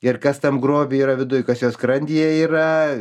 ir kas tam groby yra viduj kas jo skrandyje yra